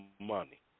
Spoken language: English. money